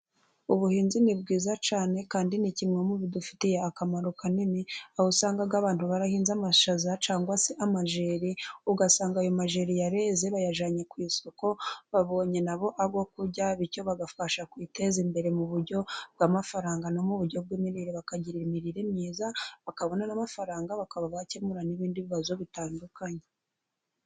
Ubuhinzi ni bwiza cyane, kandi ni kimwe mu bidufitiye akamaro kanini, aho usanga abantu barahinze amashaza cyangwa se amajeri, ugasanga ayo majeri yareze bayajyanye ku isoko, babonye nabo ayo kurya bityo bagafasha kwiteza imbere mu buryo bw'amafaranga no mu buryo bw'imirire bakagira imirire myiza, bakabona n'amafaranga bakaba bakemura n'ibindi bibazo bitandukanye.